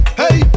hey